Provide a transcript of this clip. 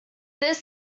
this